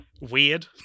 weird